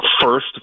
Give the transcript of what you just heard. first